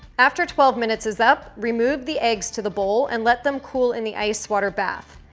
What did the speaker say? after twelve minutes is up, remove the eggs to the bowl and let them cool in the ice water bath.